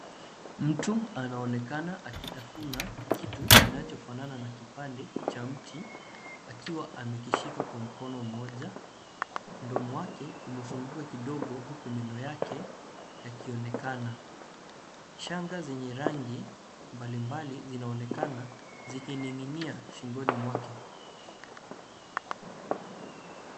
Mtu anaonekana akitafuna kitu kinachofanana na kipande cha mti akiwa amekishika kwa mkono mmoja, mdomo wake umefunguka kidogo huku meno yake yakinekana. Shanga zenye rangi mbali mbali zinaonekana zikining'inia shingoni mwake.